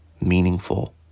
meaningful